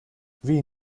wie